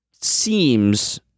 seems